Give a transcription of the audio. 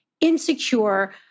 insecure